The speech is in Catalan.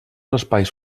espais